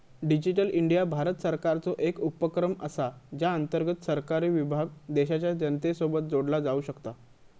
digital India Bharat सरकारचो एक उपक्रम असा ज्या अंतर्गत सरकारी विभाग देशाच्या जनतेसोबत जोडला जाऊ शकता